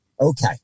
Okay